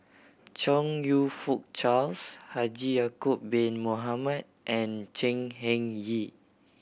Chong You Fook Charles Haji Ya'acob Bin Mohamed and Chan Heng Chee